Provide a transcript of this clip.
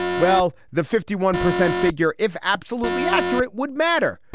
well, the fifty one percent figure, if absolutely accurate, would matter.